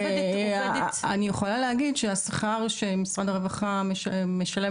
אני יכולה להגיד שהשכר שמשרד הרווחה משלם